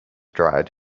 dried